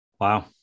Wow